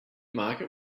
market